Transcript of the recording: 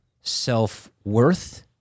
self-worth